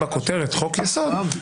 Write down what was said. נכון.